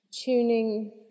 Tuning